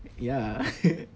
yeah